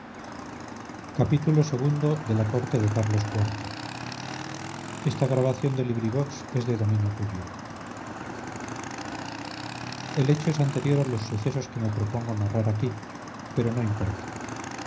xxvi xxvii xxviii la corte de carlos iv de benito pérez galdós el hecho es anterior a los sucesos que me propongo narrar aquí pero no importa